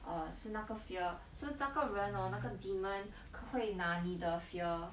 !aiya! 是那个 fear so 那个人 hor 那个 demon 可会拿你的 fear